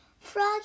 Frog